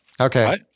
Okay